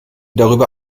darüber